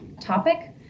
topic